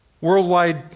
Worldwide